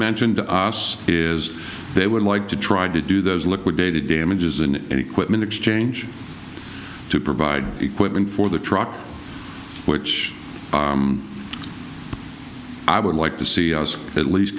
mentioned to us is they would like to try to do those liquidated damages in any quitman exchange to provide equipment for the truck which i would like to see us at least